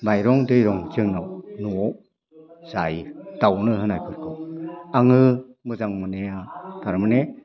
माइरं दैरं जोंनाव न'आव जायो दाउनो होनायफोरखौ आङो मोजां मोननाया तारमाने